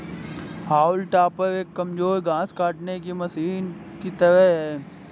हाउल टॉपर एक कमजोर घास काटने की मशीन की तरह है